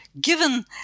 Given